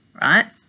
right